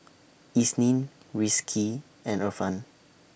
Isnin Rizqi and Irfan